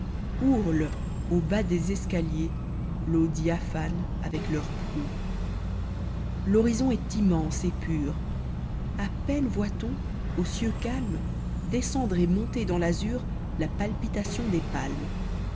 ourlent au bas des escaliers l'eau diaphane avec leur proue t l'horizon est immense et pur a peine voit-on aux cieux calmes descendre et monter dans fazur la palpitation des palmes